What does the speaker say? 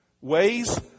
ways